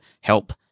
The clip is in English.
help